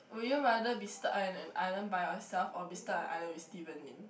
would you rather be stuck in an island by yourself or be stuck in an island with Steven Lim